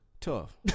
Tough